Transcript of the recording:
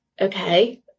Okay